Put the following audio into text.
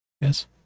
Yes